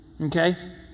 Okay